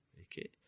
Okay